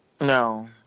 No